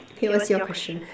okay what's your question